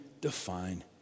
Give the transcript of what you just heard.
define